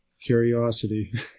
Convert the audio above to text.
curiosity